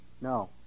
No